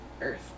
earth